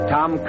Tom